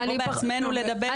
נבוא בעצמנו לדבר ונעשה מה שצריך.